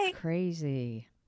crazy